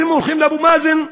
אתם הולכים לאבו מאזן: